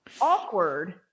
awkward